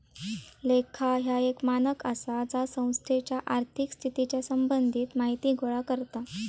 लेखा ह्या एक मानक आसा जा संस्थेच्या आर्थिक स्थितीच्या संबंधित माहिती गोळा करता